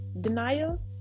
denial